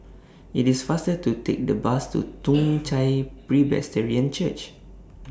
IT IS faster to Take The Bus to Toong Chai Presbyterian Church